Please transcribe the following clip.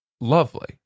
lovely